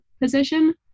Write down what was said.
position